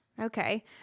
Okay